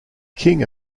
king